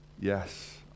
Yes